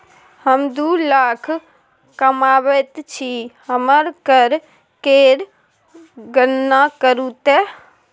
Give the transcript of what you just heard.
हम दू लाख कमाबैत छी हमर कर केर गणना करू ते